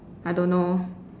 I don't know